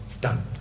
Done